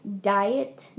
diet